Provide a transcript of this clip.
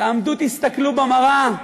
תעמדו ותסתכלו במראה,